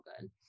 good